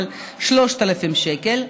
אבל זה 3,000 שקלים.